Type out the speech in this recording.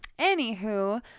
Anywho